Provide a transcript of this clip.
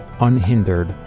unhindered